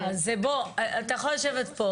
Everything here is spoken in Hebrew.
שבו סביב השולחן.